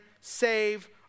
save